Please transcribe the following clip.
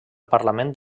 parlament